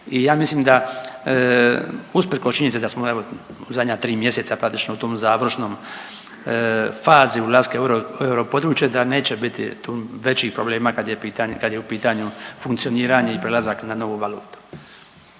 i ja mislim da usprkos činjenici da smo evo u zadnja 3 mjeseca praktično u tom završnom fazi ulaska u europodručje da neće biti tu većih problema kad je pitanje, kad je u pitanju funkcioniranje i prelazak na novu valutu.